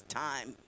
time